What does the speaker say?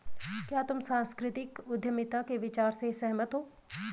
क्या तुम सांस्कृतिक उद्यमिता के विचार से सहमत हो?